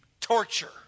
torture